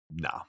no